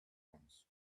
ones